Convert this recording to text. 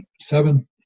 seven